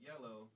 Yellow